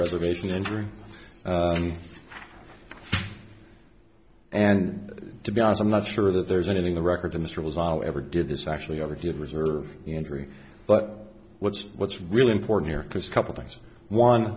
reservation injury and to be honest i'm not sure that there's anything the record industry was i ever did this actually ever did reserve injury but what's what's really important here because